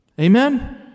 Amen